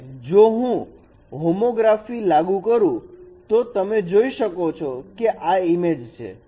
અને જો હું હોમોગ્રાફી લાગુ કરું તો તમે જોઈ શકો કે આ ઈમેજ છે